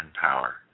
power